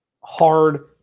hard